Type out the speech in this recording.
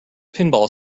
pinball